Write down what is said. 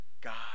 God